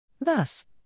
Thus